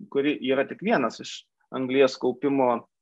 kuri yra tik vienas iš anglies kaupimo